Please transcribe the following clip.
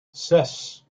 zes